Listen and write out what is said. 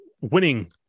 winning